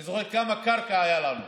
אני זוכר כמה קרקע הייתה לנו,